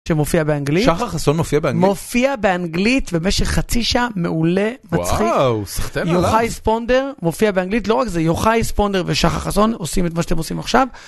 שמופיע באנגלית, שחר חסון מופיע באנגלית, מופיע באנגלית במשך חצי שעה, מעולה, מצחיק, וואו, סחטין עליו, יוחאי ספונדר מופיע באנגלית, לא רק זה, יוחאי ספונדר ושחר חסון עושים את מה שאתם עושים עכשיו.